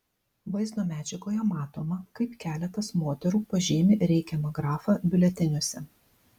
vaizdo medžiagoje matoma kaip keletas moterų pažymi reikiamą grafą biuleteniuose